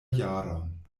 jaron